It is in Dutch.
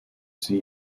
zie